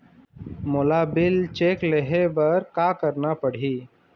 मोला bill check ले हे बर का करना पड़ही ही?